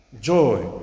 joy